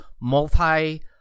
multi